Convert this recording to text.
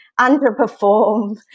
underperform